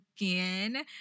again